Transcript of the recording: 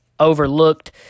overlooked